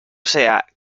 sea